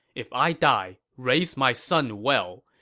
if i die, raise my son well.